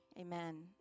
Amen